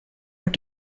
what